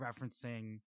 referencing